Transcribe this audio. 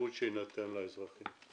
בשירות שיינתן לאזרחים;